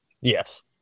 Yes